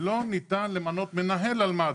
לא ניתן למנות מנהל על מד"א.